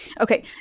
Okay